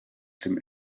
dem